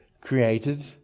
created